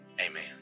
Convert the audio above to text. Amen